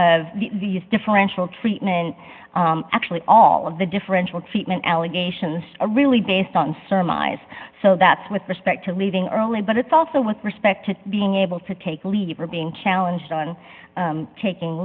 of the differential treatment actually all of the differential treatment allegations are really based on sermonize so that's with respect to leaving early but it's also with respect to being able to take a leave or being challenged on taking